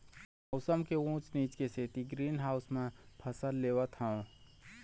मउसम के ऊँच नीच के सेती ग्रीन हाउस म फसल लेवत हँव